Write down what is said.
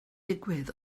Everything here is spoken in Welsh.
digwydd